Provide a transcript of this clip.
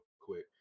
quick